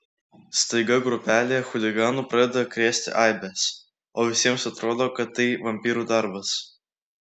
staiga grupelė chuliganų pradeda krėsti eibes o visiems atrodo kad tai vampyrų darbas